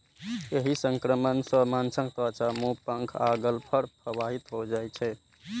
एहि संक्रमण सं माछक त्वचा, मुंह, पंख आ गलफड़ प्रभावित होइ छै